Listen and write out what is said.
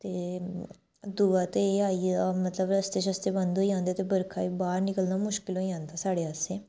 ते दूआ ते एह आई गेआ मतलब रस्ते शस्ते बंद होई जंदे ते बरखा च बाह्र निकलना मुश्कल होई जंदा साढ़े आस्तै